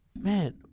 man